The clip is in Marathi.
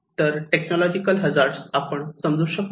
तर हे टेक्नॉलॉजिकल हजार्ड आपण समजू शकतो